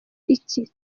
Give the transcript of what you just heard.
iki